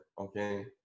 Okay